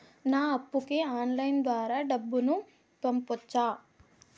నా అప్పుకి ఆన్లైన్ ద్వారా డబ్బును పంపొచ్చా